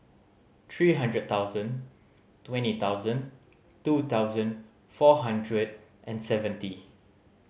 three hundred thousand twenty thousand two thousand four hundred and seventy